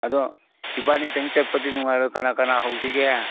ꯑꯗꯣ ꯏꯕꯥꯟꯅꯤꯇꯪ ꯆꯠꯄꯗꯤ ꯅꯨꯡꯉꯥꯏꯔꯣꯏ ꯀꯅꯥ ꯀꯅꯥ ꯍꯧꯁꯤꯒꯦ